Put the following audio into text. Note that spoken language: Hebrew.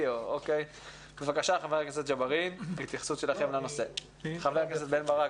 בבקשה חבר הכנסת בן ברק,